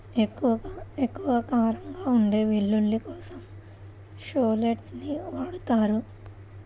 ఎక్కువ కారంగా ఉండే వెల్లుల్లి కోసం షాలోట్స్ ని వాడతారు